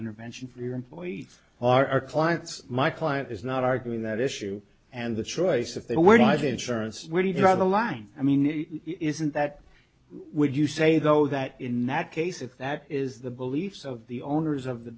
intervention for your employees our clients my client is not arguing that issue and the choice if they were denied insurance where do you draw the line i mean isn't that would you say though that in that case if that is the beliefs of the owners of the